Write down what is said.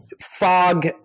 fog